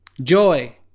joy